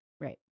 Right